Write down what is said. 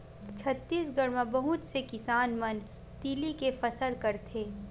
छत्तीसगढ़ म बहुत से किसान मन तिली के फसल करथे